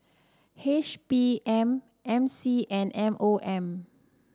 H P M M C and M O M